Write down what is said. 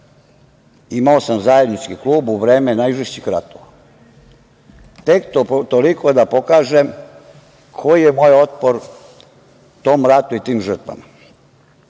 Imao sam zajednički klub u vreme najžešćih ratova, tek toliko da pokažem koji je moj otpor tom ratu i tim žrtvama.